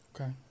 Okay